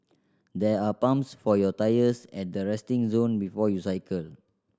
there are pumps for your tyres at the resting zone before you cycle